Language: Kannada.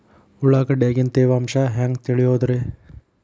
ಉಳ್ಳಾಗಡ್ಯಾಗಿನ ತೇವಾಂಶ ಹ್ಯಾಂಗ್ ತಿಳಿಯೋದ್ರೇ?